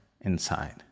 inside